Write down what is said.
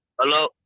Hello